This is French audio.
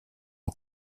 aux